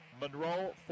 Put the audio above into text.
Monroe